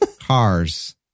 cars